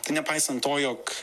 tai nepaisant to jog